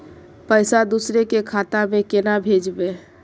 पैसा दूसरे के खाता में केना भेजबे?